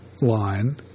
line